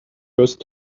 first